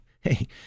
hey